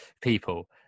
people